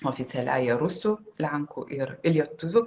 oficialiąja rusų lenkų ir lietuvių